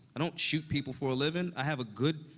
i don't shoot people for a living. i have a good,